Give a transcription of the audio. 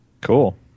Cool